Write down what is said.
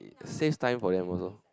saves time for them also